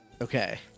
Okay